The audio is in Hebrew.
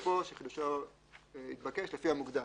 תוקפו שחידושו התבקש, לפי המוקדם".